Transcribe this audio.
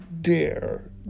Dare